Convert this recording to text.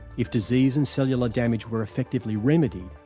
if disease and cellular damage were effectively remedied,